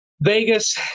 Vegas